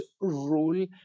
rule